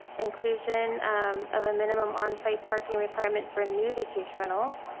inclusion of a minimum onsite parking requirement for new vacation rentals,